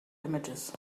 images